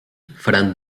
faran